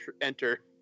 enter